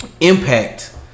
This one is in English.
impact